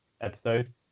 episode